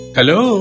Hello